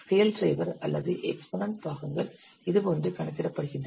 scale driver அல்லது exponent பாகங்கள் இதுபோன்று கணக்கிடப்படுகின்றன